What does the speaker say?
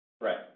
Right